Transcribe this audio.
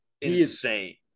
insane